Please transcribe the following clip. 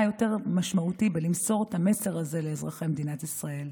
מה יותר משמעותי מלמסור את המסר הזה לאזרחי מדינת ישראל?